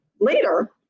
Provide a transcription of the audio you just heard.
later